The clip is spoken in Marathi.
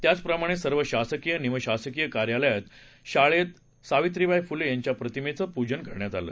त्याचप्रमाणे सर्व शासकीय निमशासकीय कार्यालयात शाळेत सावित्रीबाई फुले यांच्या प्रतिमेचं पूजन करण्यात आलं